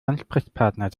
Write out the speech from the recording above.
ansprechpartner